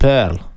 Pearl